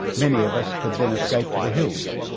many of us could then escape to the hills.